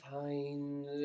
find